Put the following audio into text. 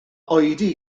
oedi